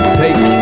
take